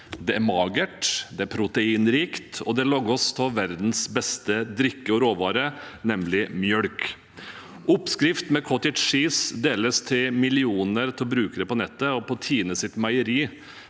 Det er magert, det er proteinrikt, og det lages av verdens beste drikke og råvare, nemlig melk. Oppskrifter med cottage cheese deles av millioner av brukere på nettet, og på TINEs meieri